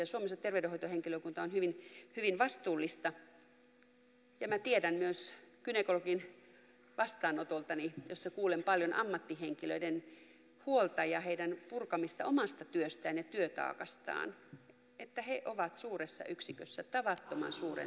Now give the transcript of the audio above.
suomalainen terveydenhoitohenkilökunta on hyvin vastuullista ja minä tiedän myös gynekologin vastaanotoltani jossa kuulen paljon ammattihenkilöiden huolta ja heidän purkamista omasta työstään ja työtaakastaan että he ovat suuressa yksikössä tavattoman suuren taakan alla